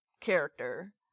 character